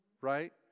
right